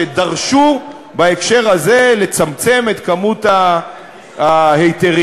שדרשו בהקשר הזה לצמצם את כמות ההיתרים.